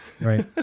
right